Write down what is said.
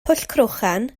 pwllcrochan